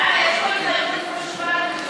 השר אורי אריאל, בבקשה, מטעם סיעת הבית